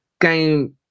Game